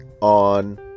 on